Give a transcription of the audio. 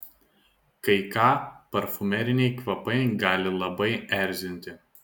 kai ką parfumeriniai kvapai gali labai erzinti